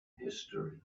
history